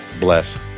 Bless